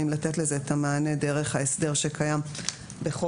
האם לתת לזה את המענה דרך ההסדר שקיים בחוק